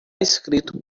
escrito